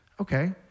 Okay